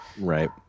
Right